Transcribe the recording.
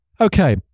Okay